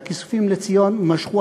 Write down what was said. והכיסופים לציון משכו.